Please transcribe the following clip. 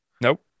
Nope